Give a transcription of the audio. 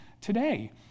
today